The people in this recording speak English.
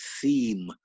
theme